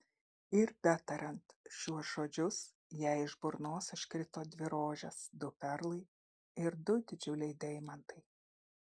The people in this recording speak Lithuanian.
ir betariant šiuos žodžius jai iš burnos iškrito dvi rožės du perlai ir du didžiuliai deimantai